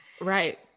Right